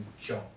job